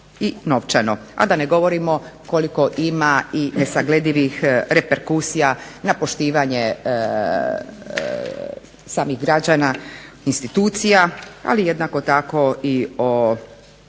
a da ne govorimo koliko ima i nesagledivih reperkusija na poštivanje samih građana, institucija, ali jednako tako i o